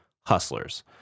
Hustlers